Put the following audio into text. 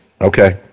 okay